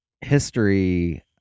history